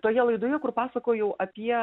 toje laidoje kur pasakojau apie